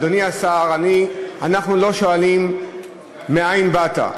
אדוני השר, אנחנו לא שואלים מאין באת.